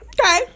okay